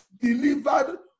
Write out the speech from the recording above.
delivered